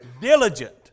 Diligent